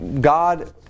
God